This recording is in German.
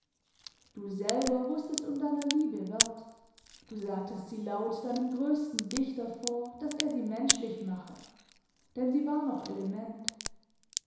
du selber wußtest um deiner liebe wert du sagtest sie laut deinem größesten dichter vor daß er sie menschlich mache denn sie war noch element